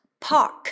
Park